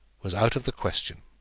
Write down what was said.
was out of the question.